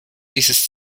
dieses